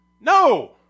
No